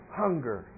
hunger